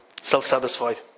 self-satisfied